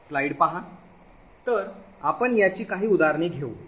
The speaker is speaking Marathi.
तर आपण याची काही उदाहरणे घेऊ